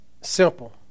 Simple